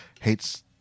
hates